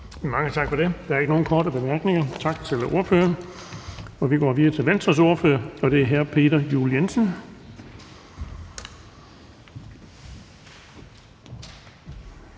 Mange tak for det. Der er ikke nogen korte bemærkninger. Tak til ordføreren. Vi går videre til Venstres ordfører, og det er hr. Peter Juel-Jensen.